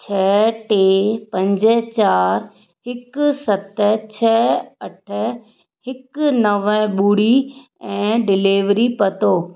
छ टे पंज चारि हिकु सत छ अठ हिकु नव ॿुड़ी ऐं डिलेविरी पतो